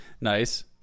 Nice